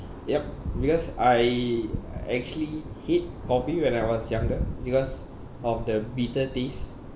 yup because I actually hate coffee when I was younger because of the bitter taste